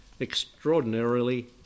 extraordinarily